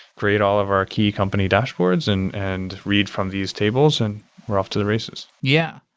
create all of our key company dashboards and and read form these tables and we're off to the races yeah.